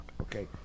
Okay